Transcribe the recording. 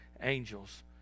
angels